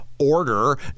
order